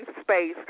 space